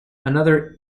another